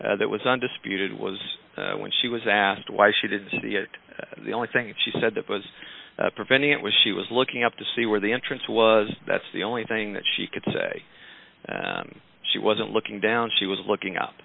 provided that was undisputed was when she was asked why she didn't see it the only thing she said that was preventing it was she was looking up to see where the entrance was that's the only thing that she could say she wasn't looking down she was looking up